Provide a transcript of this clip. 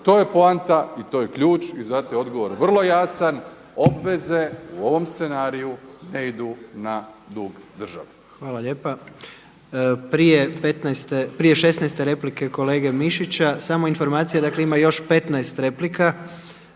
To je poanta i to je ključ i zato je odgovor vrlo jasan. Obveze u ovom scenariju ne idu na dug države. **Jandroković, Gordan (HDZ)** Hvala lijepa. Prije šesnaeste replike kolege Mišića samo informacija. Dakle ima još 15 replika,